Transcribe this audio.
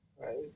Right